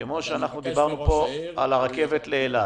כמו שדיברנו פה על הרכבת לאילת